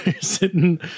sitting